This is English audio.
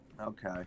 okay